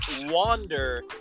Wander